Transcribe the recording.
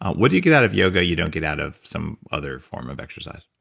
what do you get out of yoga, you don't get out of some other form of exercise?